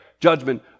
judgment